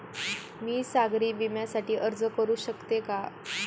मी सागरी विम्यासाठी अर्ज करू शकते का?